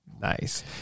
nice